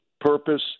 purpose